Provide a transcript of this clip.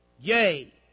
Yea